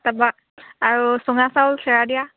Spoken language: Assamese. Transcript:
তাৰপৰা আৰু চুঙা চাউল চেৰা দিয়া